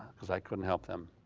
cause i couldn't help them.